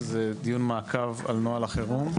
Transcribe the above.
זה דיון מעקב על נוהל החירום.